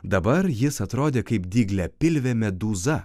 dabar jis atrodė kaip dygliapilvė medūza